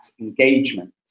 engagement